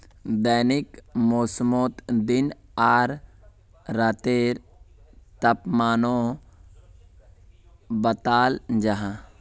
दैनिक मौसमोत दिन आर रातेर तापमानो बताल जाहा